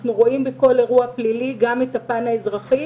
אנחנו רואים בכל אירוע פלילי גם את הפן האזרחי